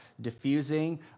diffusing